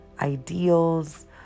ideals